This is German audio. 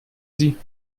sie